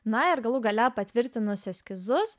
na ir galų gale patvirtinus eskizus